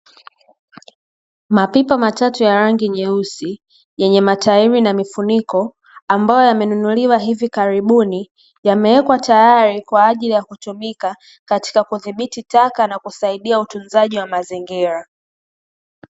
Mapipa matatu ya rangi nyeusi yenye matairi na mifuniko, ambayo yamenunuliwa hivi karibuni. Yamewekwa tayari kwa ajili ya kutumika, katika kudhibiti taka na kusaidia utunzaji wa mazingira.